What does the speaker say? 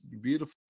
beautiful